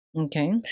Okay